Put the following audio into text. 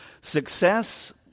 Success